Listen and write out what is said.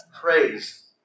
Praise